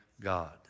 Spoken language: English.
god